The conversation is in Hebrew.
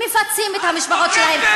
מפצים את המשפחות שלהם.